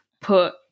put